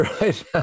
Right